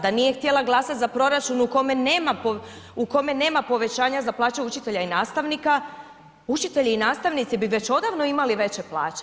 Da nije htjela glasati za proračun u kome nema povećanja za plaće učitelja i nastavnika, učitelji i nastavnici bi već odavno imali veće plaće.